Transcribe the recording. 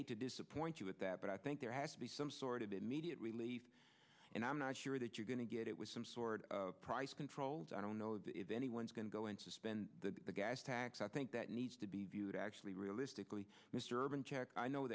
hate to disappoint you with that but i think there has to be some sort of immediate relief and i'm not sure that you're going to get it was some sort of price controls i don't know if anyone's going to go and suspend the gas tax i think that needs to be viewed actually realistically mr urban character i know